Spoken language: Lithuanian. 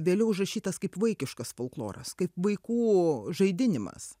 vėliau užrašytas kaip vaikiškas folkloras kaip vaikų žaidimas